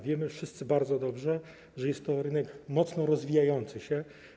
Wiemy wszyscy bardzo dobrze, że jest to rynek mocno rozwijający się.